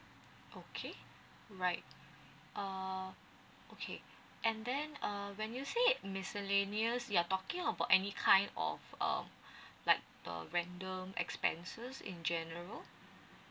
okay right uh okay and then uh when you say it miscellaneous you're talking about any kind of um like a random expenses in general